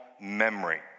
memory